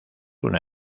una